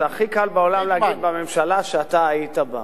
הכי קל בעולם להגיד: בממשלה שאתה היית בה.